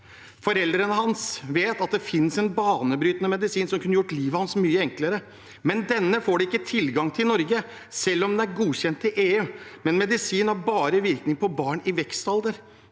Foreldrene hans vet at det finnes en banebrytende medisin som kunne gjort livet hans mye enklere, men denne får de ikke tilgang til i Norge, selv om den er godkjent i EU. Medisinen har bare virkning på barn i vekstalder,